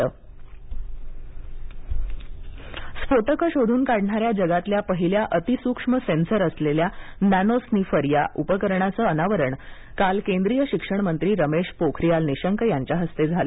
निशंक नॅनोरिनफर स्फोटक शोधून काढणाऱ्या जगातल्या पहिल्या अतीसूक्ष्म सेन्सर असलेल्या नॅनोस्निफर या उपकरणाचं अनावरण काल केंद्रिय शिक्षण मंत्री रमेश पोखरियाल निशंक यांच्या हस्ते झालं